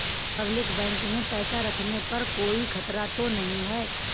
Public bank में पैसा रखने पर कोई खतरा तो नहीं है?